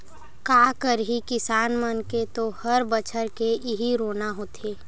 का करही किसान मन के तो हर बछर के इहीं रोना होथे